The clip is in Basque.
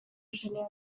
zuzenean